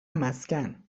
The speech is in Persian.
مسکن